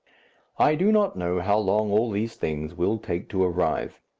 i do not know how long all these things will take to arrive.